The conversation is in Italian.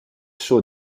suo